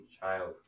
child